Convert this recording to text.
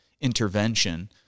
intervention